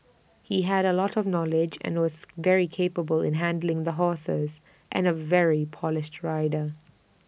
he had A lot of knowledge and was very capable in handling the horses and A very polished rider